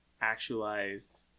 actualized